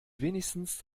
wenigstens